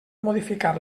modificar